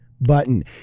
button